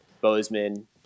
Bozeman